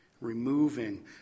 removing